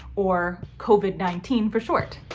or covid nineteen for short.